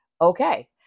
okay